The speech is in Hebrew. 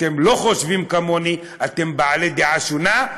אתם לא חושבים כמוני, אתם בעלי דעה שונה,